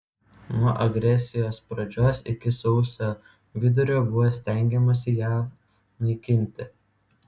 nuo agresijos pradžios iki sausio vidurio buvo stengiamasi ją naikinti